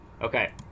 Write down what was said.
Okay